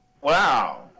Wow